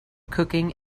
cooking